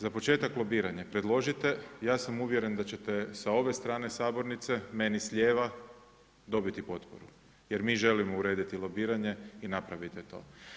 Za početak lobiranje, predložite, ja sam uvjerene da ćete sa ove strane sabornice meni s lijeva dobiti potporu jer mi želimo urediti lobiranje i napravite to.